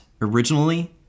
Originally